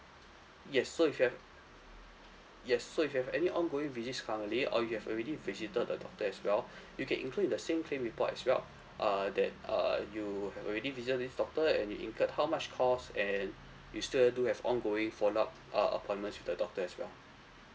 yes so if you have yes so if you have any ongoing visits currently or you have already visited the doctor as well you can include it in the same claim report as well err that err you have already visited this doctor and it incurred how much cost and you still have to do have ongoing follow up uh appointments with the doctor as well